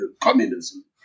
communism